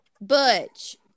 Butch